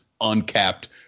uncapped